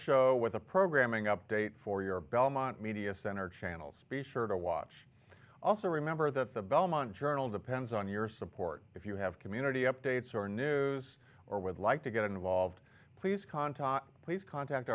show with a programming update for your belmont media center channel's be sure to watch also remember that the belmont journal depends on your support if you have community updates or new or would like to get involved please contact please contact